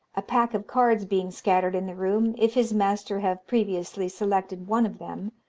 a pack of cards being scattered in the room, if his master have previously selected one of them,